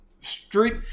street